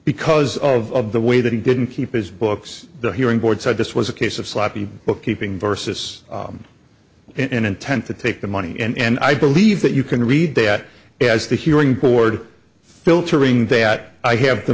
because of the way that he didn't keep his books the hearing board said this was a case of sloppy bookkeeping versus an intent to take the money and i believe that you can read that as the hearing board filtering that i have the